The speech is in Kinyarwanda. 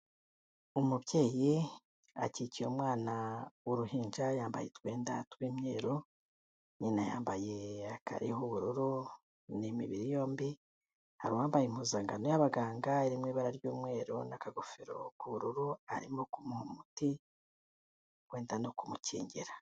Umubyeyi akikiye umwana w'uruhinja ,yambaye utwenda tw'imyeru, nyina yambaye akariho ubururu, n'imibiri yombi, hari uwambaye impuzankano y'abaganga irimo ibara ry'umweru n'akagofero k'ubururu, arimo kumuha umuti ,wenda no kumukingira.